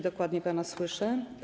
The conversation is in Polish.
Dokładnie pana słyszę.